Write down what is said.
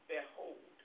Behold